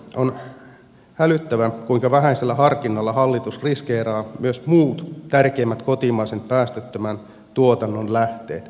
on hälyttävää kuinka vähäisellä harkinnalla hallitus riskeeraa myös muut tärkeimmät kotimaisen päästöttömän tuotannon lähteet